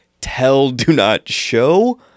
tell-do-not-show